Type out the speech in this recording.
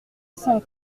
son